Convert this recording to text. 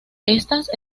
estas